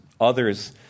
Others